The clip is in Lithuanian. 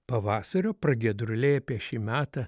pavasario pragiedruliai apie šį metą